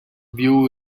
view